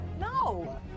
no